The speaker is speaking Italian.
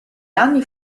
anni